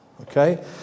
Okay